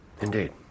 Indeed